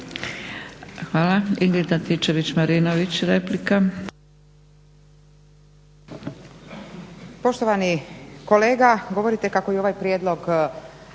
Hvala. Ingrid Antičević-Marinović, replika.